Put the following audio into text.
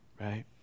right